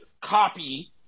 copy